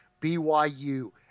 BYU